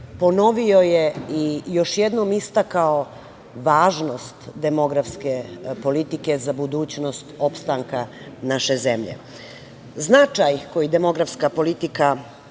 ponovio je i još jednom istakao važnost demografske politike za budućnost opstanka naše zemlje. Značaj koji demografska politika